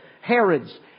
Herods